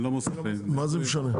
כי אין לו --- מה זה משנה?